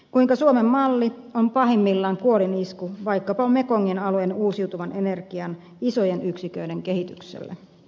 kuinka suomen malli on pahimmillaan kuolinisku vaikkapa mekongin alueen uusiutuvan energian isojen yksiköiden kehitykselle